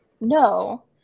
no